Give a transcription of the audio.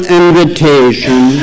invitation